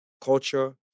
culture